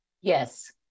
Yes